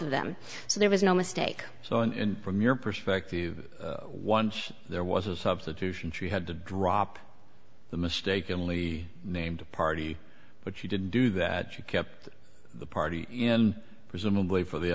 of them so there was no mistake so in from your perspective once there was a substitution she had to drop the mistakenly named party but she didn't do that she kept the party presumably for the